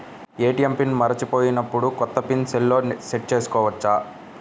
ATM PIN మరచిపోయినప్పుడు, కొత్త PIN సెల్లో సెట్ చేసుకోవచ్చా?